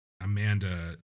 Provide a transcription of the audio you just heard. Amanda